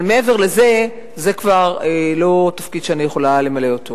אבל מעבר לזה זה כבר לא תפקיד שאני יכולה למלא.